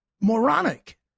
moronic